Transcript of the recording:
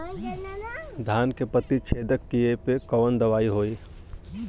धान के पत्ती छेदक कियेपे कवन दवाई होई?